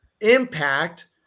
impact